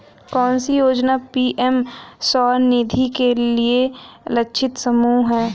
कौन सी योजना पी.एम स्वानिधि के लिए लक्षित समूह है?